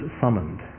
summoned